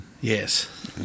Yes